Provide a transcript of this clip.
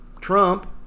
trump